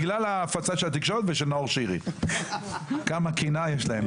בגלל ההפצה של התקשורת ושל נאור שירי כמה קנאה יש להם.